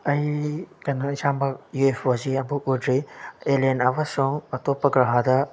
ꯑꯩ ꯀꯩꯅꯣ ꯏꯁꯥꯃꯛ ꯏꯌꯨ ꯑꯦꯐ ꯑꯣꯁꯤ ꯑꯃꯨꯛꯐꯧ ꯎꯗ꯭ꯔꯤ ꯑꯦꯂꯦꯟ ꯑꯃꯁꯨꯡ ꯑꯇꯣꯞꯄ ꯒ꯭ꯔꯍꯗ